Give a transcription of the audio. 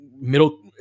middle